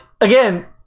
again